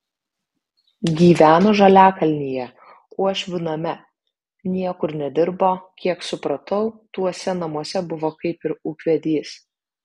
gyveno žaliakalnyje uošvių name niekur nedirbo kiek supratau tuose namuose buvo kaip ir ūkvedys